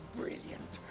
brilliant